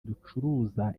ducuruza